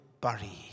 bury